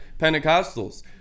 Pentecostals